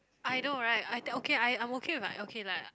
I know right I think okay I'm okay with like okay lah